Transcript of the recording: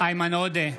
איימן עודה,